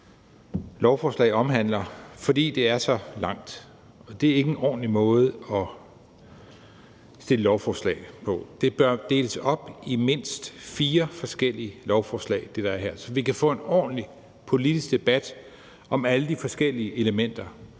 lovforslag omhandler, fordi det er så langt, og det er ikke en ordentlig måde at fremsætte lovforslag på. Det, der er her, bør deles op i mindst fire forskellige lovforslag, så vi kan få en ordentlig politisk debat om alle de forskellige elementer